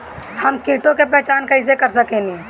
हम कीटों की पहचान कईसे कर सकेनी?